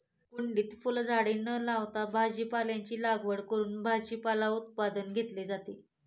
कुंडीत फुलझाडे न लावता भाजीपाल्याची लागवड करून भाजीपाला उत्पादन घेतले जाते